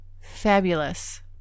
Fabulous